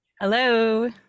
Hello